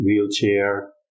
wheelchair